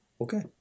Okay